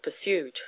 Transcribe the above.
pursued